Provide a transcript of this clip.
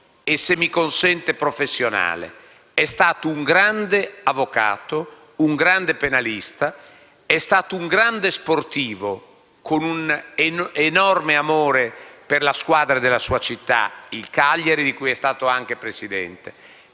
e, se mi consente, professionale. È stato un grande avvocato, un grande penalista, ed è stato un grande sportivo, con un enorme amore per la squadra della sua città, il Cagliari, di cui è stato anche presidente.